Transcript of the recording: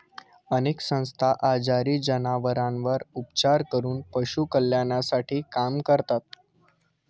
अनेक संस्था आजारी जनावरांवर उपचार करून पशु कल्याणासाठी काम करतात